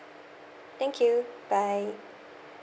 thank you bye